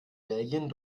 belgien